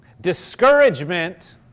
Discouragement